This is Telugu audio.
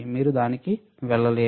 మీరు దానికి వెళ్ళలేరు